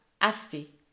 Asti